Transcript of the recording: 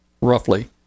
roughly